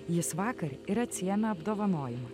jis vakar ir atsiėmė apdovanojimą